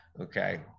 Okay